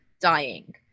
dying